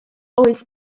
oedd